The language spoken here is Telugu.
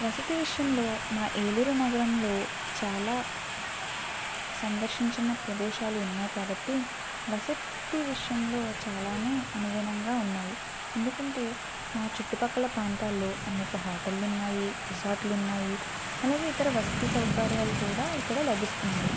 వసతి విషయంలో మా ఏలూరు నగరంలో చాలా సందర్శించిన ప్రదేశాలు ఉన్నాయి కాబట్టి వసతి విషయంలో చాలానే అనుగుణంగా ఉన్నాయి ఎందుకంటే మా చుట్టుపక్కల ప్రాంతాల్లో అనేక హోటల్లు ఉన్నాయి రిసార్ట్లు ఉన్నాయి అలాగే ఇతర వసతి సౌకర్యాలు కూడా ఇక్కడ లభిస్తున్నాయి